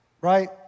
right